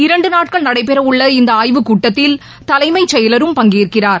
இரண்டு நாட்கள் நடைபெறவுள்ள இந்த ஆய்வுக் கூட்டத்தில் தலைமைச் செயலரும் பங்கேற்கிறார்